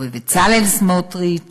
בבצלאל סמוטריץ